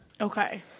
Okay